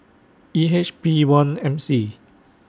E H P one M C